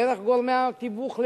דרך גורמי התיווך למיניהם,